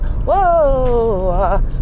Whoa